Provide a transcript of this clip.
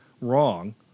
wrong